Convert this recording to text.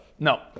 No